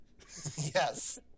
Yes